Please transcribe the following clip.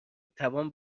توان